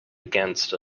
against